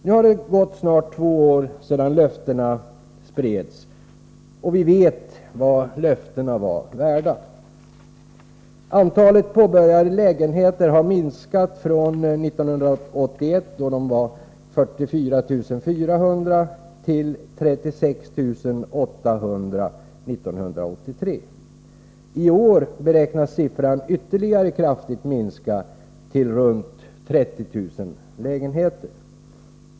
Nu har det gått snart två år sedan löftena spreds, och vi vet vad löftena var värda. Antalet påbörjade lägenheter har minskat från 1981, då antalet var 44 400, till 36 800 år 1983. I år beräknas siffran ytterligare kraftigt minska till runt 30 000 lägenheter.